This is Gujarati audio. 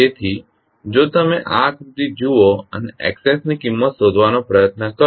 તેથી જો તમે આ આકૃતિ જુઓ અને X ની કિંમત શોધવાનો પ્રયત્ન કરો